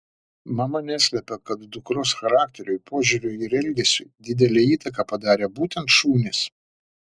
mama neslepia kad dukros charakteriui požiūriui ir elgesiui didelę įtaką padarė būtent šunys